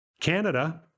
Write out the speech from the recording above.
Canada